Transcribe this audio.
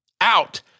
out